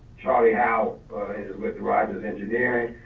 charlie howie is with rodgers engineering,